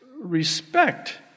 respect